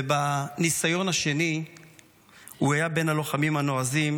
ובניסיון השני הוא היה בין הלוחמים הנועזים